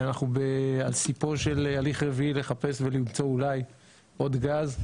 אנחנו על סיפו של הליך רביעי לחפש ואולי למצוא עוד גז,